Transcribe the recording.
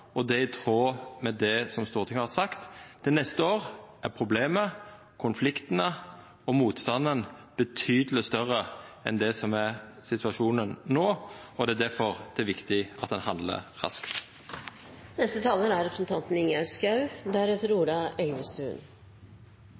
og det er i tråd med det Stortinget har sagt. Til neste år er problemet, konfliktane og motstanden betydeleg større enn det som er situasjonen no, og det er difor det er viktig at ein handlar raskt. Det er